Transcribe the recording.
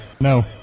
no